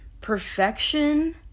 perfection